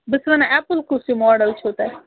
بہٕ چھَس وَنان اٮ۪پٕل کُس یہِ ماڈَل چھُو تۄہہِ